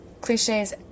Cliches